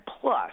plus